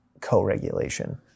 co-regulation